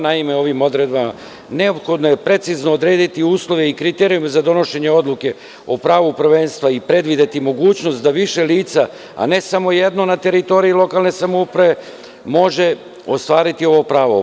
Naime, ovim odredbama neophodno je precizno odrediti uslove i kriterijume za donošenje odluke o pravu prvenstva i predvideti mogućnost da više lica, a ne samo jedno na teritoriji lokalne samouprave može ostvariti ovo pravo.